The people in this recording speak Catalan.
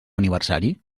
aniversari